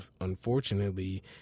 unfortunately